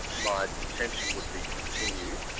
my detention would be continued,